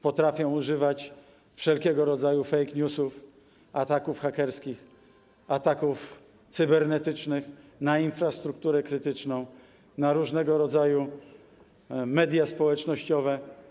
Potrafią używać wszelkiego rodzaju fake newsów, ataków hakerskich, ataków cybernetycznych na infrastrukturę krytyczną, na różnego rodzaju media społecznościowe.